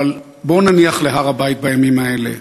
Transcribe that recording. אבל בואו נניח להר-הבית בימים האלה.